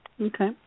Okay